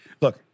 Look